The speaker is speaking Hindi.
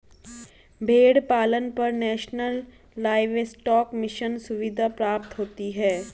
भेड़ पालन पर नेशनल लाइवस्टोक मिशन सुविधा प्राप्त होती है